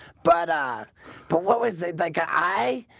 but ah but what was it like i?